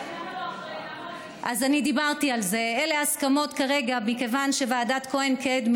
אז למה רק עד 1965?